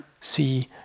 see